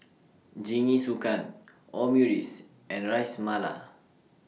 Jingisukan Omurice and Ras Malai